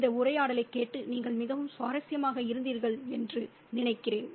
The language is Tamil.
இந்த உரையாடலைக் கேட்டு நீங்கள் மிகவும் சுவாரஸ்யமாக இருந்தீர்கள் என்று நினைக்கிறேன்